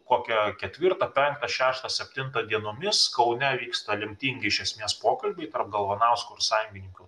kokią ketvirtą penktą šeštą septintą dienomis kaune vyksta lemtingi iš esmės pokalbiai tarp galvanausko ir sąjungininkų